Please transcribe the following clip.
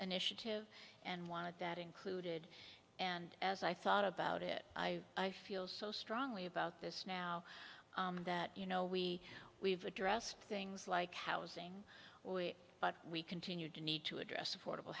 initiative and wanted that included and as i thought about it i feel so strongly about this now that you know we we've addressed things like housing but we continue to need to address affordable